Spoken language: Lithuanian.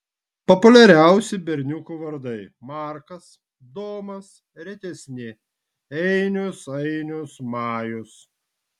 populiariausi berniukų vardai markas domas retesni einius ainius majus